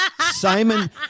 Simon